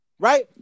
Right